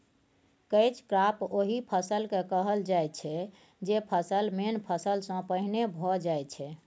catch crop ओहि फसल केँ कहल जाइ छै जे फसल मेन फसल सँ पहिने भए जाइ छै